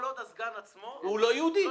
כל עוד הסגן עצמו הוא לא יהודי.